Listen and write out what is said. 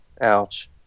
Ouch